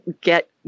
get